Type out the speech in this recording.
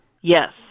Yes